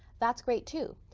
that's great too.